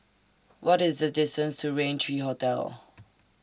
What IS The distance to Raint three Hotel